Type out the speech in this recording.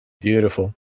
Beautiful